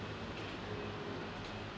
hotel okay